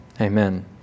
Amen